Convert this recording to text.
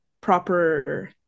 proper